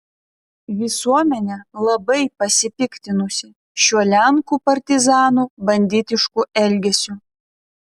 visuomenė labai pasipiktinusi šiuo lenkų partizanų banditišku elgesiu